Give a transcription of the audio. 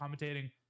commentating